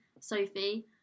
Sophie